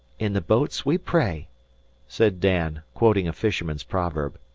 in the boats we pray said dan, quoting a fisherman's proverb.